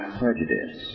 prejudice